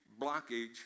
blockage